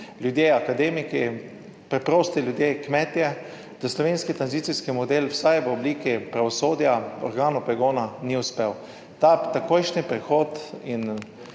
ljudje, akademiki, preprosti ljudje, kmetje, da slovenski tranzicijski model vsaj v obliki pravosodja, organov pregona ni uspel. Ta takojšnji prehod in